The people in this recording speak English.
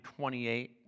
28